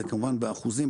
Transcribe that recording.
זה כמובן באחוזים,